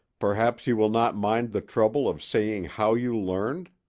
perhaps you will not mind the trouble of saying how you learned.